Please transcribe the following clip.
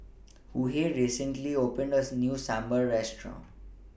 Hughey recently opened as New Sambar Restaurant